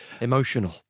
Emotional